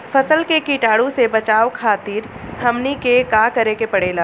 फसल के कीटाणु से बचावे खातिर हमनी के का करे के पड़ेला?